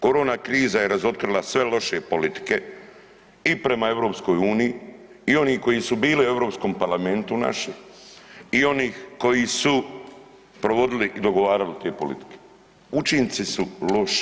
Korona kriza je razotkrila sve loše politike i prema EU i oni koji su bili u Europskom parlamentu naši i onih koji su provodili i dogovarali te politike, učinci su loši.